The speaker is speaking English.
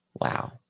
Wow